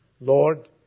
Lord